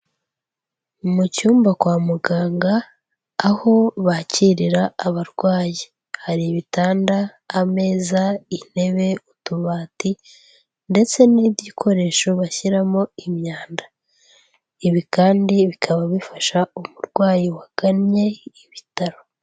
Mu cyumba kwa muganga aho bakirira abarwayi hari ibitanda, ameza, intebe, utubati ndetse n'igikoresho bashyiramo imyanda, ibi kandi bikaba bifasha umurwayi wagannye ibitaro.